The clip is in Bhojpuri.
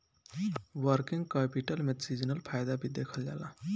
वर्किंग कैपिटल में सीजनल फायदा भी देखल जाला